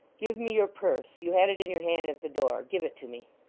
give me your purse. you had it in your hand at the door. give it to me